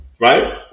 right